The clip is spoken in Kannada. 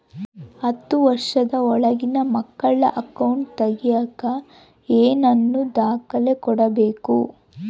ಹತ್ತುವಷ೯ದ ಒಳಗಿನ ಮಕ್ಕಳ ಅಕೌಂಟ್ ತಗಿಯಾಕ ಏನೇನು ದಾಖಲೆ ಕೊಡಬೇಕು?